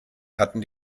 hatten